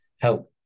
help